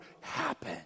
happen